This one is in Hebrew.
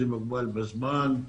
זה מוגבל בזמן.